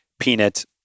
peanut